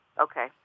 Okay